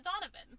Donovan